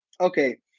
Okay